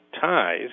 ties